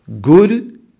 good